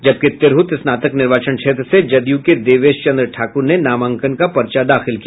जबकि तिरहूत स्नातक निर्वाचन क्षेत्र से जदयू के देवेश चंद्र ठाकूर ने नामांकन का पर्चा दाखिल किया